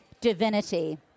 divinity